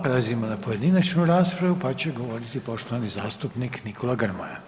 Prelazimo na pojedinačnu raspravu, pa će govoriti poštovani zastupnik Nikola Grmoja,